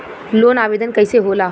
Loan आवेदन कैसे होला?